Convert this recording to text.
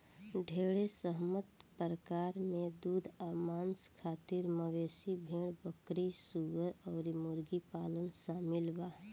ढेरे सहमत प्रकार में दूध आ मांस खातिर मवेशी, भेड़, बकरी, सूअर अउर मुर्गी पालन शामिल बा